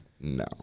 No